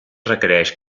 requereix